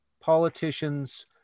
politicians